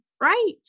right